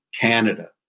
Canada